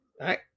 right